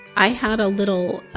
i had a little